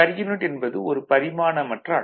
you என்பது ஒரு பரிமாணமற்ற அளவு